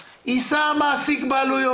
אני מחדד את הנקודה עם יושב-ראש הוועדה.